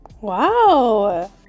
Wow